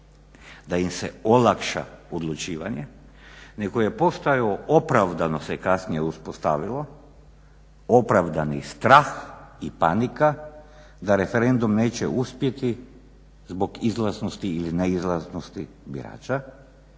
da im se olakša odlučivanje nego je postojao opravdano se kasnije uspostavilo opravdani strah i panika da referendum neće uspjeti zbog izlaznosti ili neizlaznosti birača